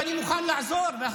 אני מוכן לעזור.